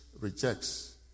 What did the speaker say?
rejects